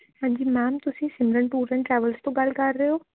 ਹਾਂਜੀ ਮੈਮ ਤੁਸੀਂ ਸਿਮਰਨ ਬੋਲ ਰਹੇ ਟ੍ਰੈਵਲਸ ਤੋਂ ਗੱਲ ਕਰ ਰਹੇ ਹੋ